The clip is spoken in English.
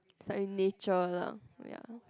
site in nature lah ya